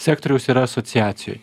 sektoriaus yra asociacijoj